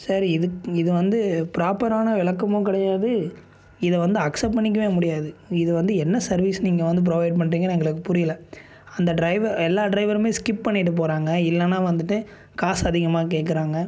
sir இதுக்கு இது வந்து ப்ராப்பரான விளக்கமும் கிடையாது இதை வந்து அக்ஸப்ட் பண்ணிக்கவே முடியாது இதை வந்து என்ன சர்வீஸ் நீங்கள் வந்து ப்ரொவைட் பண்றீங்கனு எங்களுக்கு புரியல அந்த ட்ரைவர் எல்லா ட்ரைவருமே ஸ்கிப் பண்ணிகிட்டு போகிறாங்க இல்லைனா வந்துட்டு காசு அதிகமாக கேட்குறாங்க